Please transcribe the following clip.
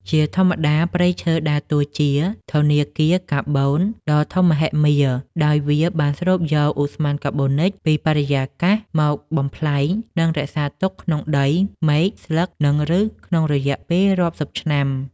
ជាធម្មតា ព្រៃឈើដើរតួជា ធនាគារកាបូនដ៏ធំមហិមា ដោយវាបានស្រូបយកឧស្ម័នកាបូនិចពីបរិយាកាសមកបំប្លែង និងរក្សាទុកក្នុងដើម មែក ស្លឹក និងឫសក្នុងរយៈពេលរាប់សិបឆ្នាំ។